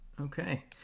Okay